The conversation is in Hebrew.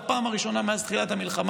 זו הפעם הראשונה מאז תחילת המלחמה